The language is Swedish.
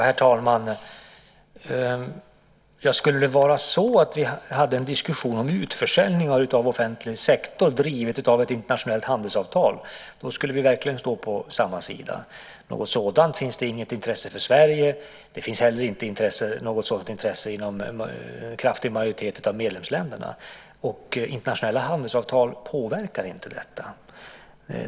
Herr talman! Om det skulle vara så att vi hade en diskussion om utförsäljning av offentlig sektor driven av ett internationellt handelsavtal skulle vi verkligen stå på samma sida. I Sverige finns inte intresse för något sådant. I en kraftig majoritet av medlemsländerna finns inte heller något sådant intresse. Internationella handelsavtal påverkar inte detta.